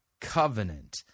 covenant